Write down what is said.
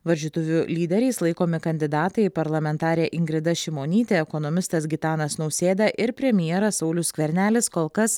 varžytuvių lyderiais laikomi kandidatai parlamentarė ingrida šimonytė ekonomistas gitanas nausėda ir premjeras saulius skvernelis kol kas